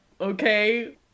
okay